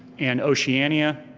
and oceania.